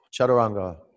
Chaturanga